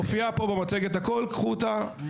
הכול מופיע פה במצגת, קחו את זה.